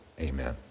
Amen